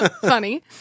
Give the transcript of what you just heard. Funny